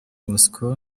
moscow